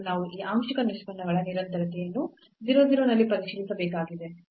ನಾವು ಈ ಆಂಶಿಕ ನಿಷ್ಪನ್ನಗಳ ನಿರಂತರತೆಯನ್ನು 0 0 ನಲ್ಲಿ ಪರಿಶೀಲಿಸಬೇಕಾಗಿದೆ